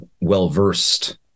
well-versed